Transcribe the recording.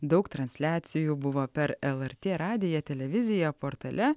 daug transliacijų buvo per lrt radiją televiziją portale